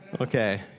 Okay